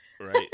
Right